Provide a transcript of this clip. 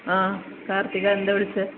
ആ കാർത്തിക എന്താണ് വിളിച്ചത്